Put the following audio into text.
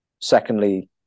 Secondly